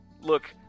look